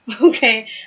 okay